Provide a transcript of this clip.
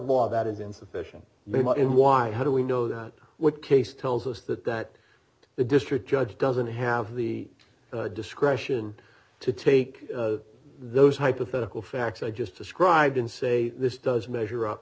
law that is insufficient in y how do we know that what case tells us that that the district judge doesn't have the discretion to take those hypothetical facts i just described and say this does measure up